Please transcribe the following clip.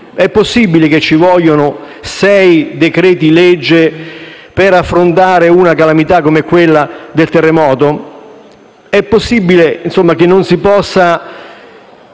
È possibile che ci vogliono sei decreti‑legge per affrontare una calamità come il terremoto? È possibile che non si possa